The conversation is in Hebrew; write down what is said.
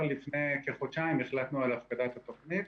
לפני כחודשיים החלטנו על הפקדת התוכנית.